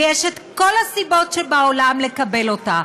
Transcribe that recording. ויש כל הסיבות שבעולם לקבל אותה,